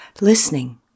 listening